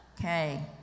okay